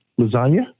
Lasagna